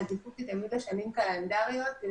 העדיפות היא תמיד לשנים קלנדריות כדי